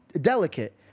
delicate